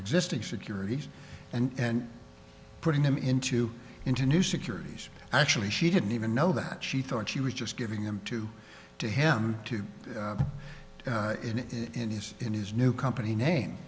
existing securities and putting them into into new securities actually she didn't even know that she thought she was just giving him two to him to do it and he's in his new company name